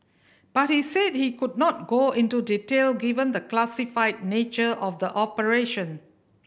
but he said he could not go into detail given the classified nature of the operation